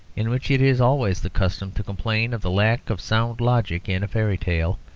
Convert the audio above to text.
in which it is always the custom to complain of the lack of sound logic in a fairy tale,